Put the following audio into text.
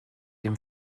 dem